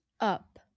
up